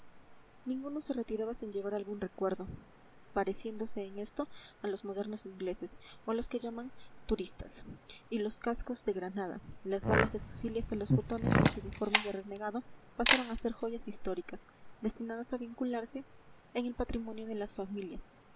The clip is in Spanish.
ninguno se retiraba sin llevar algún recuerdo pareciéndose en esto a los modernos ingleses o a los que llaman touristas y los cascos de granada las balas de fusil y hasta los botones de los uniformes de renegado pasaron a ser joyas históricas destinadas a vincularse en el patrimonio de las familias